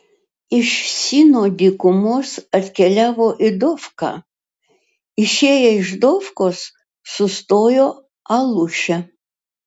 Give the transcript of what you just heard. iš sino dykumos atkeliavo į dofką išėję iš dofkos sustojo aluše